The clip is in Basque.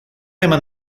eman